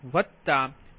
59